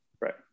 Right